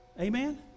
Amen